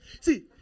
See